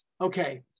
Okay